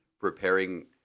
preparing